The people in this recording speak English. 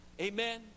Amen